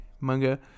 manga